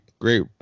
Great